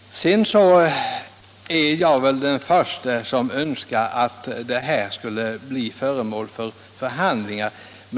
Jag är väl den förste som önskar att den här trafikfrågan skulle bli föremål för förhandlingar.